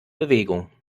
bewegung